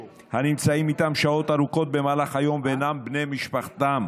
הנמצאים איתם שעות ארוכות במהלך היום ואינם בני משפחתם.